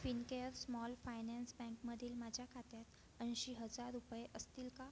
Fincare small finance बँकमधील माझ्या खात्यात ऐंशी हजार रुपये असतील का